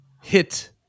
hit